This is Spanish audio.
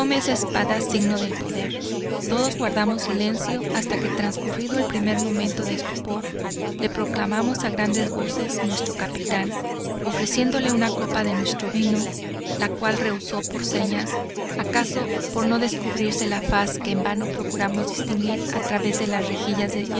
espada signo del poder todos guardamos silencio hasta que transcurrido el primer momento de estupor le proclamamos a grandes voces nuestro capitán ofreciéndole una copa de nuestro vino la cual rehusó por señas acaso por no descubrirse la faz que en vano procuramos distinguir a través de las rejillas de